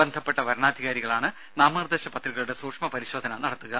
ബന്ധപ്പെട്ട വരണാധികാരികളാണ് നാമനിർദ്ദേശ പത്രികകളുടെ സൂക്ഷ്മ പരിശോധന നടത്തുക